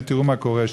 ותראו מה קורה שם.